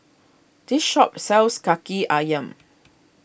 this shop sells Kaki Ayam